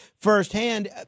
firsthand